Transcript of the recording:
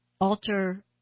alter